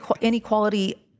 inequality